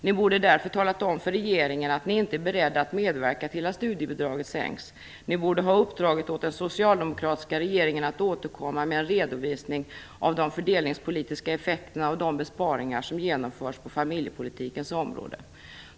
Ni borde därför ha talat om för regeringen att ni inte är beredda att medverka till att studiebidraget sänks. Ni borde ha uppdragit åt den socialdemokratiska regeringen att återkomma med en redovisning av de fördelningspolitiska effekterna av de besparingar som genomförs på familjepolitikens område.